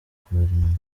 guverinoma